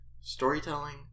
storytelling